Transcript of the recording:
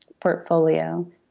portfolio